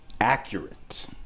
accurate